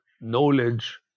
knowledge